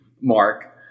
mark